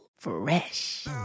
Fresh